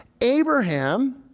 Abraham